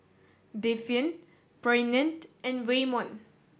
Devyn Bryant and Waymon